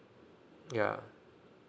ya